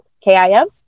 k-i-m